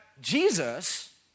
Jesus